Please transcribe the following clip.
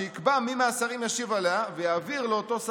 שיקבע מי מהשרים ישיב עליה ויעבירה לאותו שר.